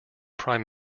prime